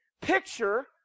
picture